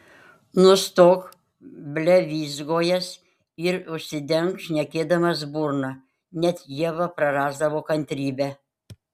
nustok blevyzgojęs ir užsidenk šnekėdamas burną net ieva prarasdavo kantrybę